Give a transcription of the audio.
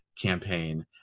campaign